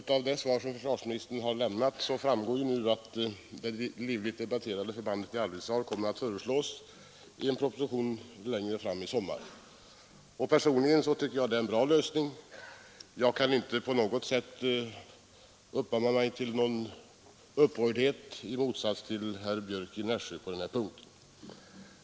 Fru talman! Av försvarsministerns svar här framgår att det livligt debatterade förbandet till Arvidsjaur kommer att föreslås i en proposition längre fram i sommar. Personligen tycker jag att det är en bra lösning. Jag kan inte, i motsats till herr Björck i Nässjö, uppamma någon upprördhet på den här punkten.